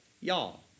Y'all